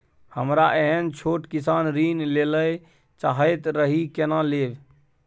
हमरा एहन छोट किसान ऋण लैले चाहैत रहि केना लेब?